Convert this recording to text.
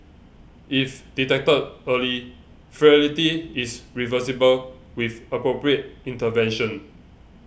if detected early frailty is reversible with appropriate intervention